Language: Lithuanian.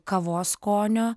kavos skonio